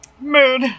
Mood